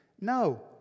No